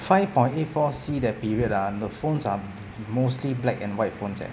five point eight four C that period ah the phones are mostly black and white phones eh